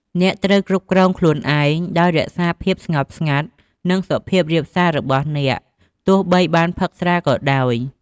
អ្នកត្រូវគ្រប់គ្រងខ្លួនឯងដោយ រក្សាភាពស្ងប់ស្ងាត់ និងសុភាពរាបសា របស់អ្នក ទោះបីបានផឹកស្រាក៏ដោយ។